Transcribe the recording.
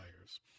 buyers